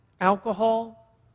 alcohol